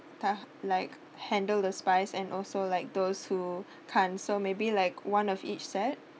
ta~ like handle the spice and also like those who can't so maybe like one of each set